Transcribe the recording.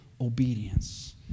obedience